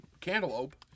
cantaloupe